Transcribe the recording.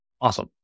Awesome